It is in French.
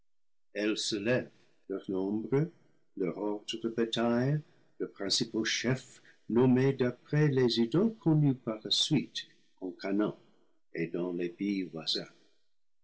leur nombre leur ordre de bataille leurs principaux chefs nommés d'après les idoles connues par la suite en chanaan et dans les